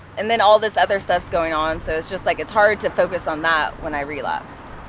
and then all this other stuff's going on, so it's just like it's hard to focus on that when i relapsed.